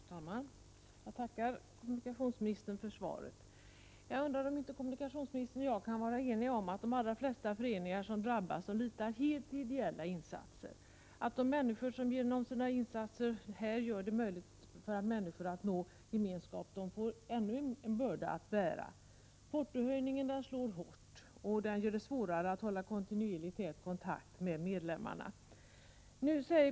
Fru talman! Jag tackar kommunikationsministern för svaret. Jag undrar om inte kommunikationsministern och jag kan vara eniga om att de allra flesta föreningar som drabbas måste lita helt på ideella insatser. De människor som genom sina ideella insatser gör det möjligt att öka gemenskapen, de får ännu en börda att bära. Portohöjningen slår hårt och gör det svårare att hålla kontinuerlig och tät kontakt med medlemmarna.